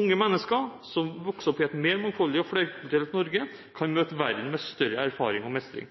Unge mennesker som vokser opp i et mer mangfoldig og flerkulturelt Norge, kan møte verden med større erfaring og mestring.